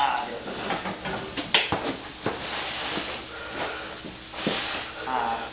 ആ അതെ അതെ ആ